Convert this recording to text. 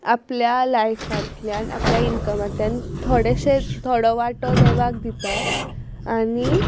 आपल्या लाइफांतल्यान आपल्या इन्कमांतल्यान थोडेशे थोडो वांटो देवाक दितात आनी